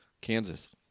Kansas